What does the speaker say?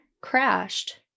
crashed